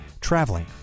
traveling